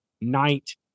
night